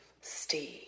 Steve